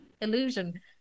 illusion